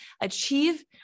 achieve